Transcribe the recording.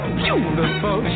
beautiful